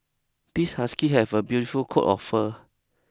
this husky have a beautiful coat of fur